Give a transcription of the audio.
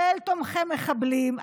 של תומכי מחבלים.